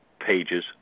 pages